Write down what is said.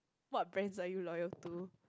what brands are you loyal to